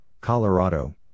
Colorado